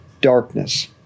darkness